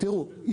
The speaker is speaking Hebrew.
תראו,